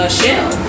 shell